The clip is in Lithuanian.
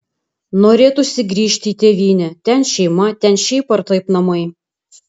norėtųsi grįžti į tėvynę ten šeima ten šiaip ar taip namai